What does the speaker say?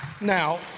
now